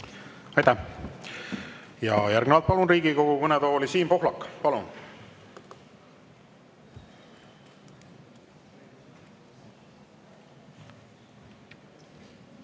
Aitäh! Järgnevalt palun Riigikogu kõnetooli Siim Pohlaku. Palun!